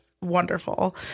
wonderful